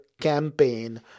campaign